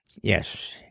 Yes